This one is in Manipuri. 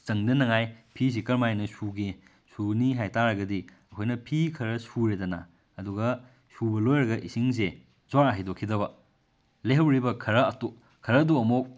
ꯆꯪꯗꯗꯅꯕ ꯐꯤꯁꯦ ꯀꯔꯃꯥꯏꯅ ꯁꯨꯒꯦ ꯁꯨꯅꯤ ꯍꯥꯏꯇꯥꯔꯒꯗꯤ ꯑꯩꯈꯣꯏꯅ ꯐꯤ ꯈꯔ ꯁꯨꯔꯦꯗꯅ ꯑꯗꯨꯒ ꯁꯨꯕ ꯂꯣꯏꯔꯒ ꯏꯁꯤꯡꯁꯦ ꯖꯣꯔ ꯍꯩꯗꯣꯛꯈꯤꯗꯕ ꯂꯩꯍꯧꯔꯤꯕ ꯈꯔ ꯈꯔꯗꯣ ꯑꯃꯨꯛ